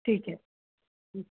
ठीक है